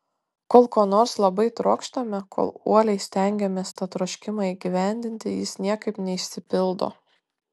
kol ko nors labai trokštame kol uoliai stengiamės tą troškimą įgyvendinti jis niekaip neišsipildo